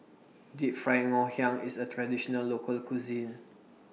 Deep Fried Ngoh Hiang IS A Traditional Local Cuisine